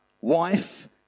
wife